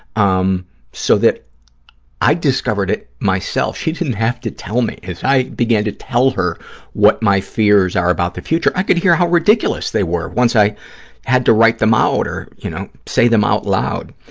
um so that i discovered it myself. she didn't have to tell me because i began to tell her what my fears are about the future. i could hear how ridiculous they were once i had to write them out or, you know, say them out loud.